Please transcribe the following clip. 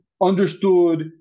understood